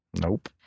Nope